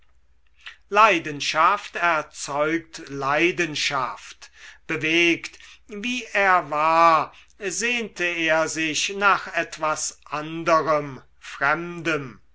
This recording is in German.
leidenschaft erzeugt leidenschaft bewegt wie er war sehnte er sich nach etwas anderem fremdem